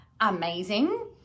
amazing